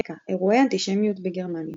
רקע אירועי אנטישמיות בגרמניה